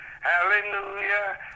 Hallelujah